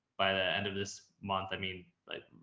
by the end of this month, i mean like,